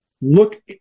look